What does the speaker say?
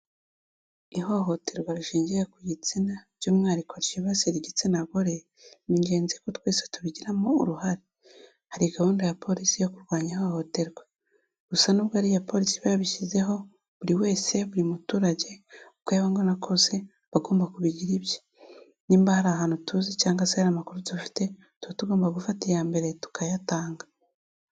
Ihohoterwa rishingiye ku gitsina by'umwihariko ryibasira igitsina gore, ni ingenzi ko twese tubigiramo uruhare. Hari gahunda ya polisi yo kurwanya ihohoterwa gusa nubwo ari iya polisi iba yabishyizeho, buri wese buri muturage uko yaba angana kose aba agomba kubigira ibye. Niba hari ahantu tuzi cyangwa se hari makuru dufite, tuba tugomba gufata iya mbere tukayatanga.